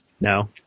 No